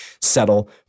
settle